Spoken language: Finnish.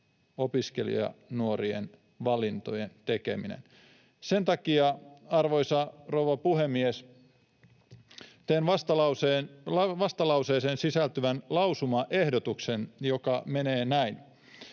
opiskelijanuorien valintojen tekeminen. Sen takia, arvoisa rouva puhemies, teen vastalauseeseen sisältyvän lausumaehdotuksen, joka menee näin: